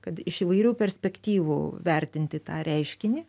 kad iš įvairių perspektyvų vertinti tą reiškinį